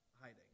hiding